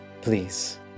Please